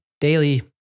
daily